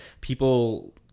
people